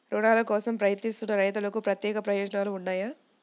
రుణాల కోసం ప్రయత్నిస్తున్న రైతులకు ప్రత్యేక ప్రయోజనాలు ఉన్నాయా?